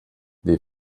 they